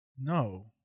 No